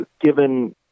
given